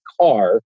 car